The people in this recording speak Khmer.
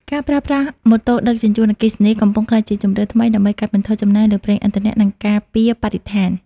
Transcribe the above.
ការប្រើប្រាស់ "ម៉ូតូដឹកជញ្ជូនអគ្គិសនី" កំពុងក្លាយជាជម្រើសថ្មីដើម្បីកាត់បន្ថយចំណាយលើប្រេងឥន្ធនៈ និងការពារបរិស្ថាន។